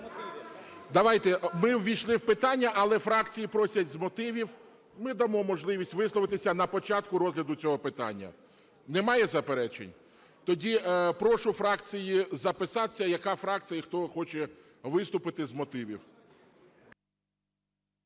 Давайте, ми ввійшли в питання, але фракції просять – з мотивів. Ми дамо можливість висловитися на початку розгляду цього питання. Немає заперечень? Тоді прошу фракції записатися: яка фракція і хто хоче виступити з мотивів.